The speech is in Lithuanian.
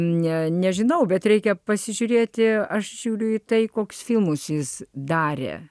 ne nežinau bet reikia pasižiūrėti aš žiūriu į tai koks filmus jis darė